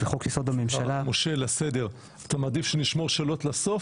1. משה, לסדר, אתה מעדיף שנשמור שאלות לסוף?